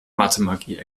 mathemagie